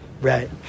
Right